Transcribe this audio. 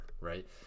right